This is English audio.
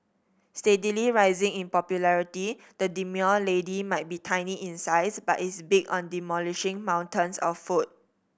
steadily rising in popularity the demure lady might be tiny in size but is big on demolishing mountains of food